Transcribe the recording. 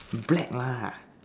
black lah